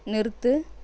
நிறுத்து